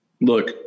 Look